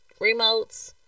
remotes